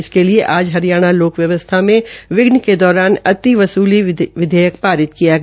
इसके लिए आज हरियाणा लोक व्यवस्था में विध्न के दौरान अति वसुली विधेयक पारित किया गया